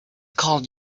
called